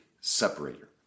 separator